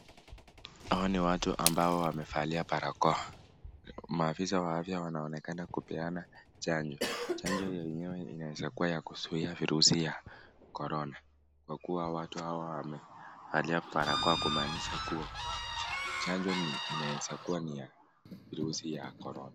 Hawa ni watu ambao wamevalia barakoa. Maafisa wa afya wanaonekana kupeana chanjo. Chanjo yenyewe inaezakuwa ya kuzuia virusi ya Corona kwa kuwa hawa watu wamevalia barakoa kumaanisha kuwa chanjo inaeza kuwa ni ya virusi ya corona.